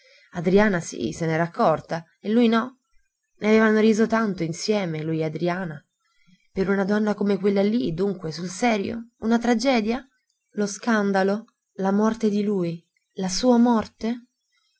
adriana sì se n'era accorta e lui no ne avevano riso tanto insieme lui e adriana per una donna come quella lì dunque sul serio una tragedia lo scandalo la morte di lui la sua morte